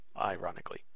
ironically